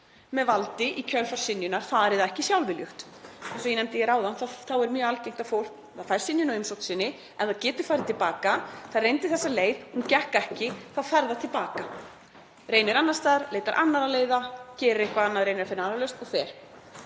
með valdi í kjölfar synjunar, fari það ekki sjálfviljugt. Eins og ég nefndi áðan er mjög algengt að fólk fái synjun á umsókn sinni, það getur farið til baka, það reyndi þessa leið, hún gekk ekki og þá fer það til baka. Reynir annars staðar, leitar annarra leiða, gerir eitthvað annað, reynir að finna aðra lausn og fer.